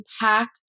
pack